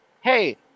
hey